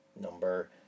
number